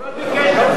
הוא לא ביקש את זה.